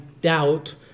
doubt